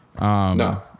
No